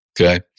Okay